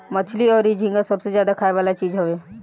मछली अउरी झींगा सबसे ज्यादा खाए वाला चीज हवे